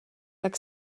tak